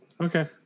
okay